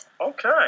Okay